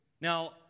Now